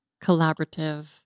collaborative